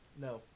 No